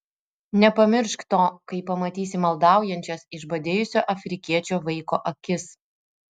nepamiršk to kai pamatysi maldaujančias išbadėjusio afrikiečio vaiko akis